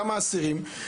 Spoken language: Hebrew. כמה אסירים?